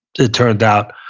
it turned out,